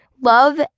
love